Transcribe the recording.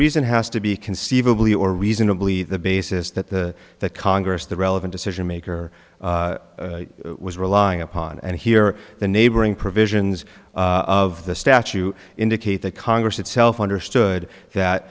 reason has to be conceivably or reasonably the basis that the that congress the relevant decision maker was relying upon and here the neighboring provisions of the statue indicate that congress itself understood that